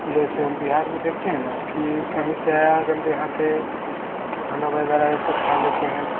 जैसे हम बिहार में देखते हैं ना कि कहीं से आया गंदे हाथे खाना वगैरह ये सब खा लेते हैं